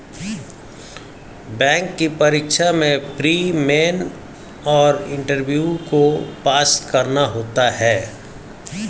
bank की परीक्षा में प्री, मेन और इंटरव्यू को पास करना होता है